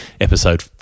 episode